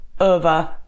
over